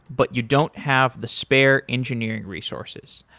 but you don't have the spare engineering resources.